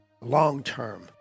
long-term